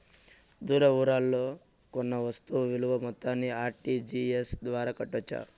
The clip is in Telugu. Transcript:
దూర ఊర్లలో కొన్న వస్తు విలువ మొత్తాన్ని ఆర్.టి.జి.ఎస్ ద్వారా కట్టొచ్చా?